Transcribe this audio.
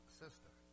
sister